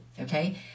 okay